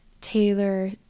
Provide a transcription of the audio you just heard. Taylor